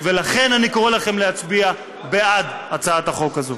ולכן, אני קורא לכם להצביע בעד הצעת החוק הזאת.